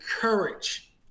courage